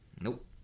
nope